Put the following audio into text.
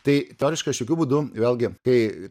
tai teoriškai aš jokiu būdu vėlgi kai